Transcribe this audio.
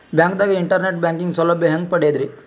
ಬ್ಯಾಂಕ್ದಾಗ internet banking ಸೌಲಭ್ಯ ಹೆಂಗ್ ಪಡಿಯದ್ರಿ?